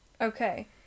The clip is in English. Okay